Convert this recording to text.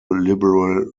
liberal